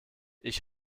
ich